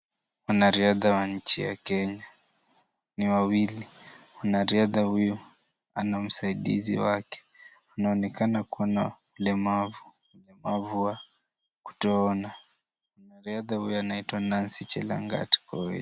Wanariadha wa nchi ya Kenya, ni wawili. Mwanariadha huyu ana msaidizi wake, anaonekana kuwa na ulemavu, ulemavu wa kutoona. Mwanariadha huyu anaitwa Nancy Chelangat Koech.